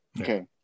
Okay